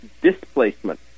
displacement